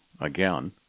again